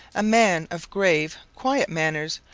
a man of grave, quiet manners,